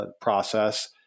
process